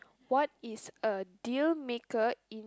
what is a deal maker in